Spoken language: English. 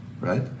right